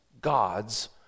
God's